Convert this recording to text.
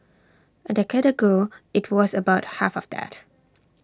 A decade ago IT was about half of that